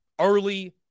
early